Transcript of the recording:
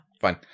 Fine